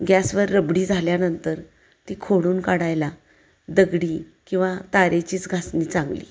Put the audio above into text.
गॅसवर रबडी झाल्यानंतर ती खोडून काढायला दगडी किंवा तारेचीच घासणी चांगली